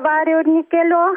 vario nikelio